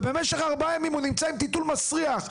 ובמשך ארבעה ימים הוא נמצא עם טיטול מסריח,